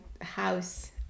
house